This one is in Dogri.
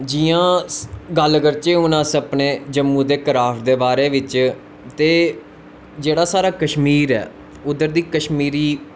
जियां गल्ल करचै अस अपने जम्मू दे कराफ्ट दे बारे बिच्च ते जेह्ड़ा साढ़ा कश्मीर ऐ उद्धर दी कश्मीरी